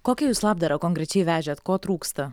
kokią jūs labdarą konkrečiai vežėt ko trūksta